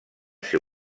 ser